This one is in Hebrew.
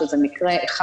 שזה מקרה נדיר.